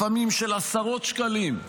לפעמים של עשרות שקלים,